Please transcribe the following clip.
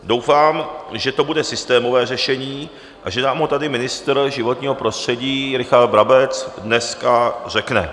Doufám, že to bude systémové řešení a že nám ho tady ministr životního prostředí Richard Brabec dneska řekne.